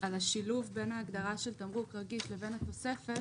על השילוב בין ההגדרה של תמרוק רגיש לבין התוספת,